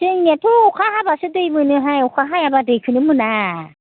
जोंनियाथ' अखा हाबासो दै मोनोहाय अखा हायाबा दैखौनो मोना